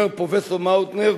אומר פרופסור מאוטנר,